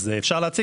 אז אפשר להציג.